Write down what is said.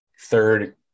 third